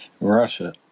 Russia